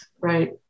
Right